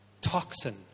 Toxin